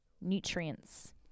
Nutrients